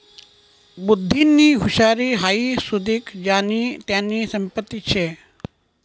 बुध्दीनी हुशारी हाई सुदीक ज्यानी त्यानी संपत्तीच शे